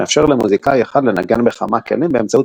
מאפשר למוזיקאי אחד לנגן בכמה כלים באמצעות